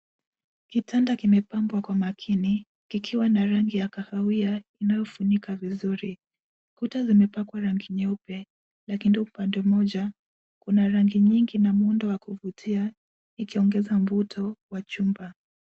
Kitanda kimepambwa kwa makini kikiwa na rangi ya kahawia inayofunika vizuri. Kuta zimepakwa rangi nyeupe lakini upande mmoja kuna rangi nyingi na muundo wa kuvutia ikiongeza mvuto wa chumba.